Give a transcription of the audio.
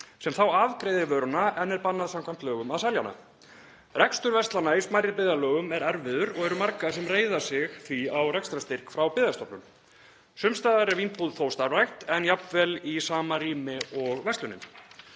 sem þá afgreiðir vöruna en er bannað samkvæmt lögum að selja hana. Rekstur verslana í smærri byggðarlögum er erfiður og eru margar sem reiða sig því á rekstrarstyrk frá Byggðastofnun. Sums staðar er Vínbúð þó starfrækt en jafnvel í sama rými og verslunin.